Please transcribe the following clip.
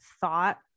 thought